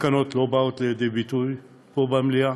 התקנות לא באות לידי ביטוי פה במליאה,